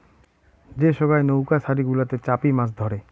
যে সোগায় নৌউকা ছারি গুলাতে চাপি মাছ ধরে